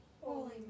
Holy